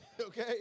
okay